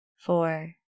four